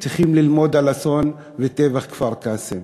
צריכים ללמוד על אסון טבח כפר-קאסם